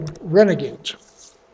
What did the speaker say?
renegades